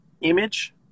image